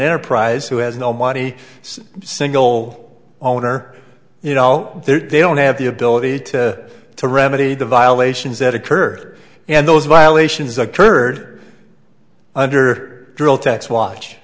enterprise who has nobody single owner you know there they don't have the ability to to remedy the violations that occurred and those violations occurred under drill tax watch